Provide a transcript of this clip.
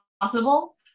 possible